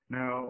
Now